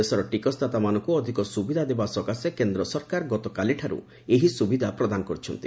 ଦେଶର ଟିକସଦାତାମାନଙ୍କୁ ଅଧିକ ସୁବିଧା ଦେବା ସକାଶେ କେନ୍ଦ୍ର ସରକାର ଗତକାଲିଠାରୁ ଏହି ସୁବିଧା ପ୍ରଦାନ କରୁଛନ୍ତି